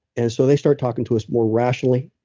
and so, they start talking to us more rationally.